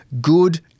good